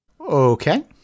Okay